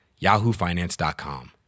yahoofinance.com